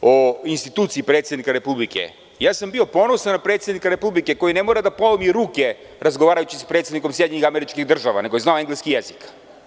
o instituciji predsednika Republike Srbije, bio sam ponosan na predsednika Republike koji ne mora da polomi ruke razgovarajući sa predsednikom SAD-a nego je znao engleski jezik.